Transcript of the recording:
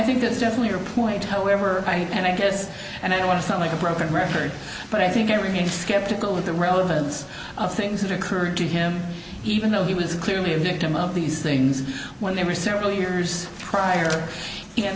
think there's definitely a point however and i guess and i want to sound like a broken record but i think everything skeptical of the relevance of things that occurred to him even though he was clearly a victim of these things when they were several years prior and